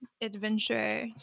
adventure